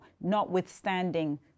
notwithstanding